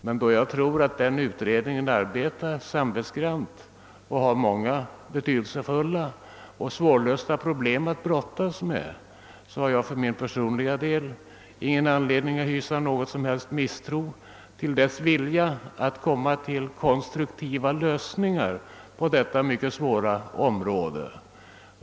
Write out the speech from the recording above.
Men då jag tror att den nu sittande utredningen arbetar samvetsgrant och har många betydelsefulla och svårlösta problem att brottas med, har jag för min personliga del ingen anledning att hysa någon som helst misstro till dess vilja att komma fram till konstruktiva lösningar på detta mycket svåra område.